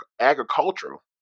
agricultural